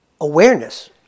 awareness